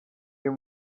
uyu